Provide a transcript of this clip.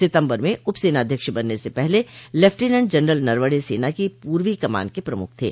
सितंबर में उप सेनाध्यक्ष बनने से पहले लेफ्टिनेंट जनरल नरवणे सेना की पूर्वी कमान के प्रमुख थे